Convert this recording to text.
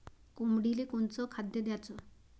कोंबडीले कोनच खाद्य द्याच?